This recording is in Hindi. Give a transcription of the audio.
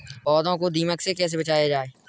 पौधों को दीमक से कैसे बचाया जाय?